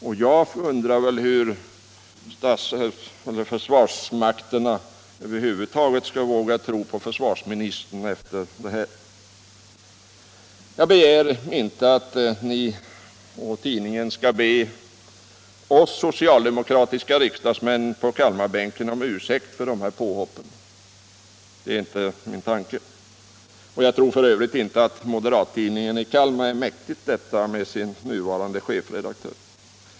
Själv undrar jag hur försvarsmakten över huvud taget skall våga tro på försvarsministern efter det här. Jag begär inte att ni och moderattidningen i Kalmar skall be oss socialdemokratiska riksdagsmän på Kalmarbänken om ursäkt för påhoppen. Jag tror f.ö. inte att moderattidningen i Kalmar är mäktig detta med sin nuvarande chefredaktör.